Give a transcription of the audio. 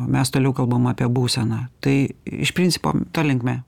o mes toliau kalbam apie būseną tai iš principo ta linkme